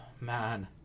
man